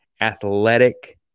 athletic